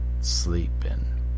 sleeping